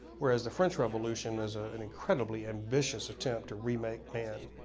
whereas, the french revolution is ah an incredibly ambitious attempt to remake man.